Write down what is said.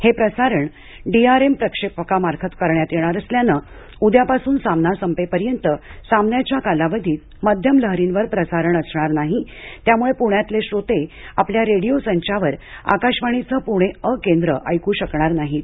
हे प्रसारण डीआरएम प्रक्षेपकामार्फत करण्यात येणार असल्यानं उद्यापासून सामना संपेपर्यंत सामन्याच्या कालावधीत मध्यम लहरींवर प्रसारण असणार नाही त्यामुळे पुण्यातले श्रोते आपल्या रेडिओ संचावर आकाशवाणीचं पुणे अ केंद्र ऐकू शकणार नाहीत